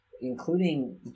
including